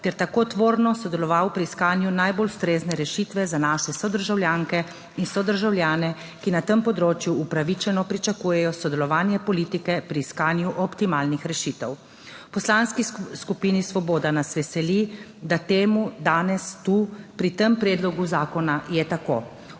ter tako tvorno sodeloval pri iskanju najbolj ustrezne rešitve za naše sodržavljanke in sodržavljane, ki na tem področju upravičeno pričakujejo sodelovanje politike pri iskanju optimalnih rešitev. V Poslanski skupini Svoboda nas veseli, da temu danes tu pri tem predlogu zakona je tako.